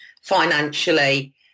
financially